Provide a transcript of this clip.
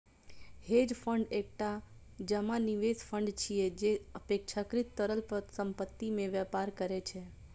hedge fund एकटा जमा निवेश फंड छियै, जे अपेक्षाकृत तरल संपत्ति मे व्यापार करै छै